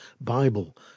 Bible